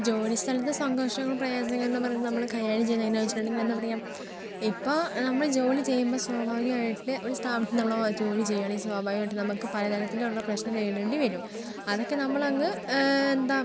ജോലി സ്ഥലത്തെ സംഘർഷങ്ങളും പ്രയാസങ്ങളും എന്നു പറഞ്ഞാൽ നമ്മൾ കൈകാര്യം ചെയ്യുന്നത് എങ്ങനെയാണെന്ന് എന്താ പറയാ ഇപ്പോൾ നമ്മൾ ജോലി ചെയ്യുമ്പോൾ സ്വാഭാവികമായിട്ട് ഒരു സ്ഥാപനത്തിൽ നമ്മൾ ജോലി ചെയ്യുകയാണെങ്കിൽ സ്വാഭാവികമായിട്ടും നമുക്ക് പലതരത്തിലുള്ള പ്രശ്നം നേരിടേണ്ടി വരും അതൊക്കെ നമ്മൾ അങ്ങ് എന്താ